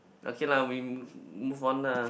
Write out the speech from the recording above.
okay lah we move on lah